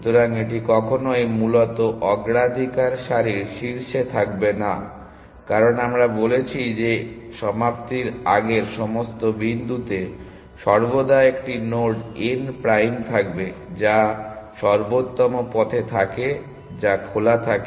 সুতরাং এটি কখনই মূলত অগ্রাধিকার সারির শীর্ষে থাকবে না কারণ আমরা বলেছি যে সমাপ্তির আগে সমস্ত বিন্দুতে সর্বদা একটি নোড n প্রাইম থাকে যা সর্বোত্তম পথে থাকে এবং যা খোলা থাকে